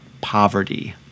poverty